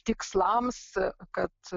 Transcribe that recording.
tikslams kad